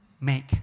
make